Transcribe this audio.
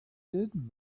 did